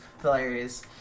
hilarious